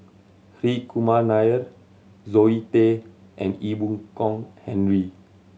Hri Kumar Nair Zoe Tay and Ee Boon Kong Henry